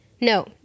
No